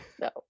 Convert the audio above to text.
No